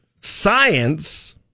Science